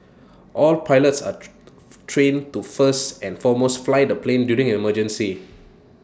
all pilots are trained to first and foremost fly the plane during emergency